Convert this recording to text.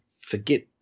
forget